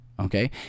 Okay